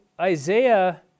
Isaiah